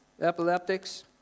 Epileptics